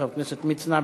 חבר הכנסת מצנע.